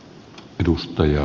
herra puhemies